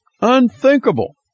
Unthinkable